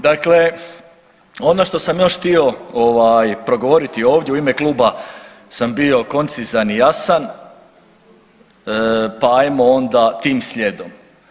Dakle, ono što sam još htio progovoriti ovdje u ime kluba sam bio koncizan i jasan, pa ajmo onda tim slijedom.